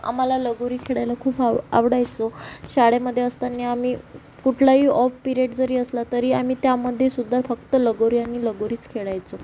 आम्हाला लगोरी खेळायला खूप आ आवडायचो शाळेमध्ये असताना आम्ही कुठलाही ऑफ पीरियड जरी असला तरी आम्ही त्यामध्ये सुद्धा फक्त लगोरी आणि लगोरीच खेळायचो